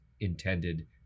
intended